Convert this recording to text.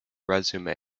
resume